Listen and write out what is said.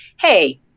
hey